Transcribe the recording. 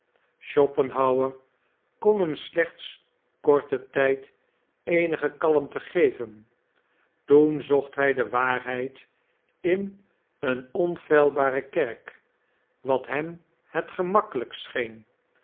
schopenhauer kon hem slechts korten tijd eenige kalmte geven toen zocht hij de waarheid in een onfeilbare kerk wat hem het gemakkelijkste scheen